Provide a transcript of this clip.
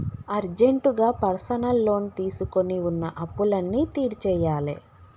అర్జెంటుగా personal loan తీసుకొని వున్న అప్పులన్నీ తీర్చేయ్యాలే